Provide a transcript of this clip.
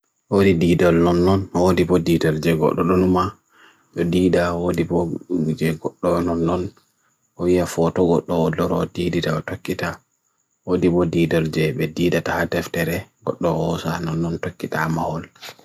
ʀʀodī ʀdīdəl n'an ʀodī ʀdīdəl ʀgoldu ʀnumā ʀdīdə ʀodī ʀdīdəl n'an ʀodī ʀdīdəl n'an ʀodī ʀfoto ʀodur ʀdīdəl ʀtrqita ʀodī bʀdīdəl ʀdīdəl ʀadèf tere ʀdīdəl ʀsah n'an ʀtrqita ʀamahol